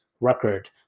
record